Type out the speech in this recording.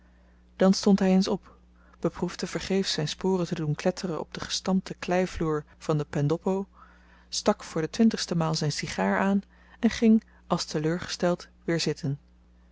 dan stond hy eens op beproefde vergeefs zyn sporen te doen kletteren op den gestampten kleivloer van de pendoppo stak voor de twintigste maal zyn sigaar aan en ging als te leurgesteld weer zitten